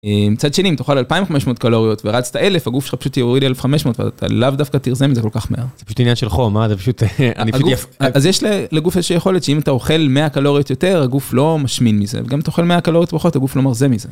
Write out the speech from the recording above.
מצד שני אם תאכל 2500 קלוריות ורצת 1000 הגוף שלך פשוט יוריד 1500 ואתה לאו דווקא תרזה מזה כל כך מהר. זה פשוט עניין של חום אה זה פשוט אני פשוט... אז יש לגוף איזושהי יכולת שאם אתה אוכל 100 קלוריות יותר הגוף לא משמין מזה וגם אתה אוכל 100 קלוריות פחות הגוף לא מרזה מזה.